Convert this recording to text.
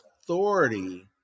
authority